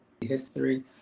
history